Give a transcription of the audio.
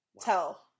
tell